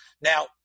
Now